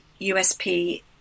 USP